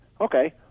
Okay